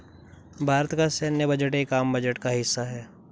भारत का सैन्य बजट एक आम बजट का हिस्सा है